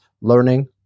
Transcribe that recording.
learning